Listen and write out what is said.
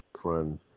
friend